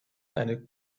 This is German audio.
eine